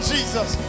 Jesus